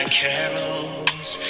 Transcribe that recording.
carols